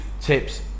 tips